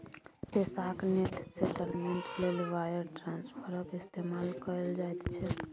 पैसाक net settlement लेल wire ट्रांस्फरक इस्तेमाल कएल जाइत छै